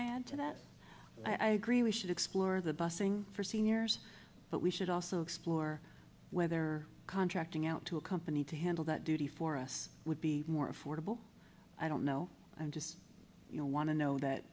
that i agree we should explore the bussing for seniors but we should also explore whether contracting out to a company to handle that duty for us would be more affordable i don't know i'm just you know want to know that